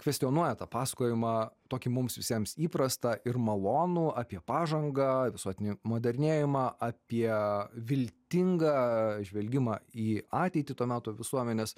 kvestionuoja tą pasakojimą tokį mums visiems įprastą ir malonų apie pažangą visuotinį modernėjimą apie viltingą žvelgimą į ateitį to meto visuomenės